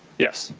yes.